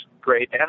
great